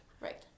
Right